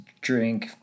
drink